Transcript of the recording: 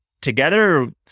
together